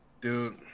Dude